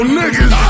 niggas